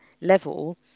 level